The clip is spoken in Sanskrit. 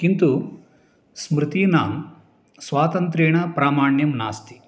किन्तु स्मृतीनां स्वातन्त्रेण प्रामाण्यं नास्ति